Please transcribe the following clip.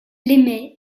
l’aimait